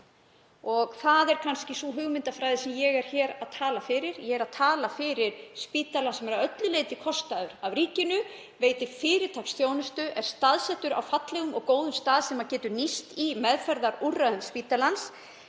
og það er kannski sú hugmyndafræði sem ég er hér að tala fyrir. Ég er að tala fyrir spítala sem er að öllu leyti kostaður af ríkinu og veitir fyrirtaksþjónustu og er á fallegum og góðum stað sem getur nýst í meðferðarúrræðum spítalans.